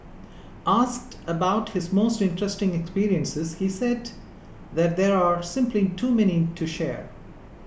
asked about his most interesting experiences he said that there are simply too many to share